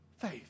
faith